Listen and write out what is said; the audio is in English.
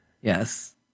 Yes